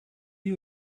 you